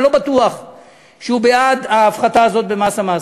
אני לא בטוח שהוא בעד ההפחתה הזאת במס המעסיקים.